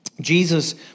Jesus